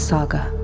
Saga